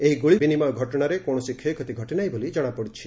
ଏହି ଗୁଳି ବିନିମୟ ଘଟଣାରେ କୌଣସି କ୍ଷୟକ୍ଷତି ଘଟି ନାହିଁ ବୋଲି ଜଣାପଡ଼ିଛି